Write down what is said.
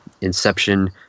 Inception